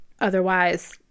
otherwise